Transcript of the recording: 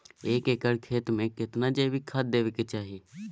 एक एकर खेत मे केतना जैविक खाद देबै के चाही?